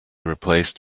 replaced